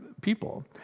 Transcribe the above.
people